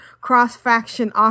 cross-faction